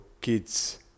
kid's